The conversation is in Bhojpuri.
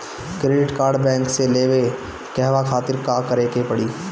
क्रेडिट कार्ड बैंक से लेवे कहवा खातिर का करे के पड़ी?